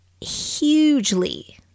hugely